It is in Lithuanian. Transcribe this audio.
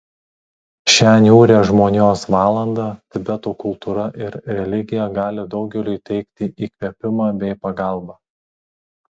šią niūrią žmonijos valandą tibeto kultūra ir religija gali daugeliui teikti įkvėpimą bei pagalbą